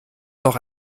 noch